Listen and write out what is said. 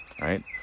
right